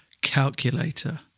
calculator